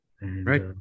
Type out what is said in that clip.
Right